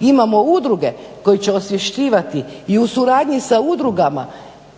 Imamo udruge koje će osvješćivati i u suradnji sa udrugama